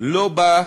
לא באה